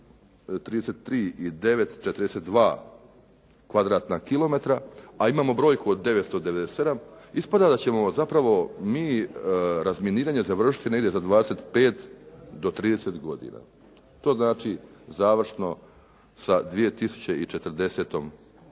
kilometra a imamo brojku od 997 ispada da ćemo zapravo mi razminiranje završiti negdje za 25 do 30 godina. To znači, završno sa 2040.